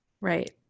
Right